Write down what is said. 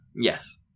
Yes